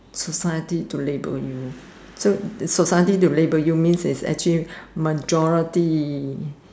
society to label you so society to label you means is actually majority